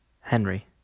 Henry